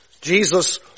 Jesus